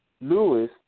Lewis